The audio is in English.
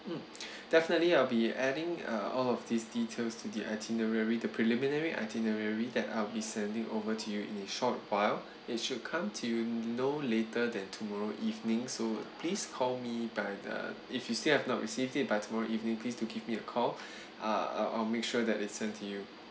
(uh huh) definitely I'll be adding uh all of these details to the itinerary the preliminary itinerary that I'll be sending over to you in a short while it should come to you no later than tomorrow evening so please call me by the if you still have not received it by tomorrow evening please do give me a call uh uh I'll make sure that it sent to you